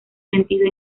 sentido